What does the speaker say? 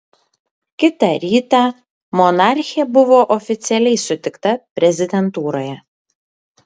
kitą rytą monarchė buvo oficialiai sutikta prezidentūroje